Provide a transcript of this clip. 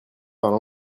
parle